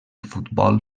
futbol